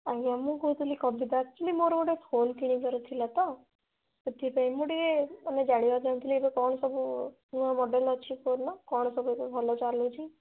ଆଜ୍ଞା ମୁଁ କହୁଥିଲି କବିତା ଆକ୍ଚ୍ୟୁଆଲି ମୋର ଗୋଟେ ଫୋନ୍ କିଣିବାର ଥିଲା ତ ସେଥିପାଇଁ ମୁଁ ଟିକିଏ ମାନେ ଜାଣିବାକୁ ଚାହୁଁଥିଲି ଏବେ କ'ଣ ସବୁ ନୂଆ ମଡ଼େଲ୍ ଅଛି ଫୋନ୍ର କ'ଣ ସବୁଠୁ ଭଲ ଚାଲୁଛି